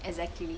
exactly